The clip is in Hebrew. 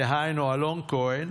דהיינו אלון כהן,